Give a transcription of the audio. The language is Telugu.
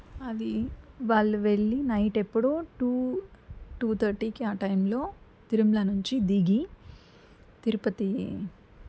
అది వాళ్ళు వెళ్ళి నైట్ ఎప్పుడో టూ టూ తర్టీకి ఆ టైంలో తిరుమల నుంచి దిగి తిరుపతి